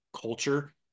culture